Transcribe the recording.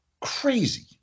crazy